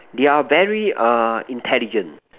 they're very err intelligent